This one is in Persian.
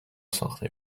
ساخته